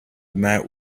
met